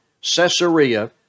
Caesarea